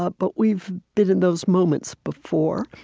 ah but we've been in those moments before.